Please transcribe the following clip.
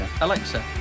Alexa